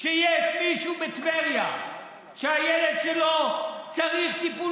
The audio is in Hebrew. יש מישהו בטבריה שהילד שלו צריך טיפול